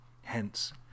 Hence